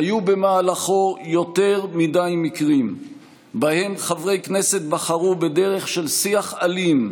היו במהלכו יותר מדי מקרים שבהם חברי כנסת בחרו בדרך של שיח אלים,